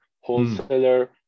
wholesaler